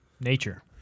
nature